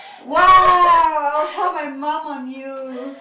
!wow! I will tell my mum on you